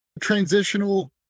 transitional